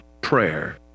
prayer